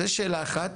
אז אני שואל אתכם,